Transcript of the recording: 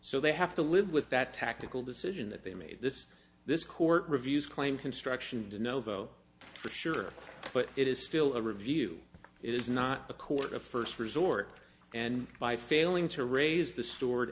so they have to live with that tactical decision that they made this this court reviews claim construction de novo for sure but it is still a review it is not the court of first resort and by failing to raise the stored